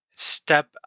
step